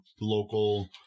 local